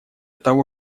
того